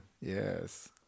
Yes